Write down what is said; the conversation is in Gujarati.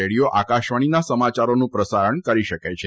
રેડિયો આકાશવાણીના સમાચારોનું પ્રસારણ કરી શકે છે